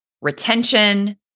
retention